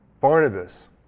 Barnabas